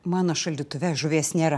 mano šaldytuve žuvies nėra